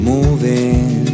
Moving